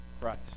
Christ